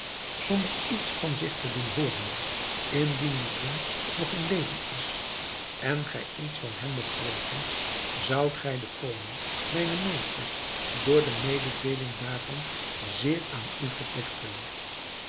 zonder iets van zich te doen hooren indien die prins nog in leven is en gij iets van hem mogt weten zoudt gij den koning mijnen meester door de mededeeling daarvan zeer aan u verpligten